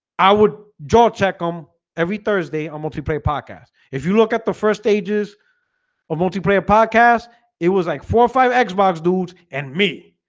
i would draw check them um every thursday on multiplayer podcast if you look at the first stages of multiplayer podcast it was like four or five xbox dudes and me